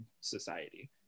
society